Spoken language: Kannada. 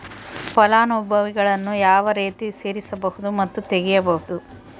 ಫಲಾನುಭವಿಗಳನ್ನು ಯಾವ ರೇತಿ ಸೇರಿಸಬಹುದು ಮತ್ತು ತೆಗೆಯಬಹುದು?